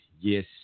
Yes